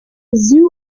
zoo